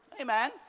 Amen